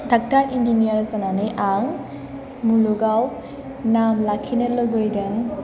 doctor engineer जानानै आं मुलुगाव नाम लाखिनो लुबैदों